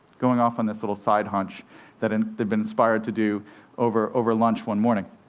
going off on this little side hunch that and they'd been inspired to do over over lunch one morning.